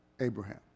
Abraham